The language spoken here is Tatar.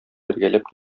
бергәләп